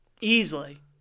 Easily